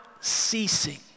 ceasing